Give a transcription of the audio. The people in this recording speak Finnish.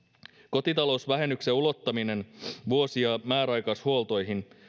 kotitalousvähennyksen ulottaminen vuosi ja määräaikaishuoltoihin